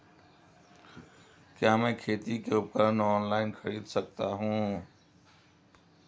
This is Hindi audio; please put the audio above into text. क्या मैं खेती के उपकरण ऑनलाइन खरीद सकता हूँ?